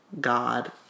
God